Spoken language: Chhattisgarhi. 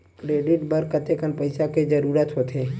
क्रेडिट बर कतेकन पईसा के जरूरत होथे?